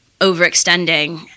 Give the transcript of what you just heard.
overextending